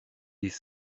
des